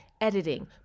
editing